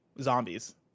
zombies